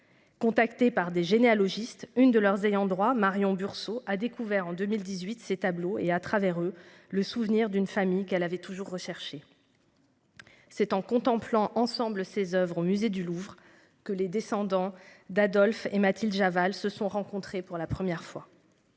Contacté par des généalogistes une de leurs ayants droit Marion a découvert en 2018. Ces tableaux et à travers eux le souvenir d'une famille qu'elle avait toujours recherché. C'est en contemplant ensemble ces Oeuvres au musée du Louvre que les descendants d'Adolf et Mathilde Javal se sont rencontrés pour la première fois.